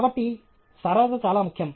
కాబట్టి సరళత చాలా ముఖ్యం